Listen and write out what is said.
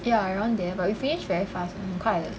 ya around there but we finish very fast [one] 很快的